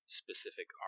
specific